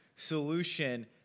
solution